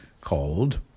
called